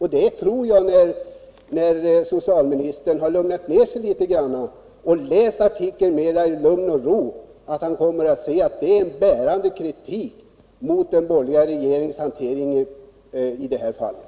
Jag tror att socialministern, när han har lugnat ner sig och läst artikeln i lugn och ro, kommer att se att det är en bärande kritik mot den borgerliga regeringens hantering av den här frågan.